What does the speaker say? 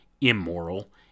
immoral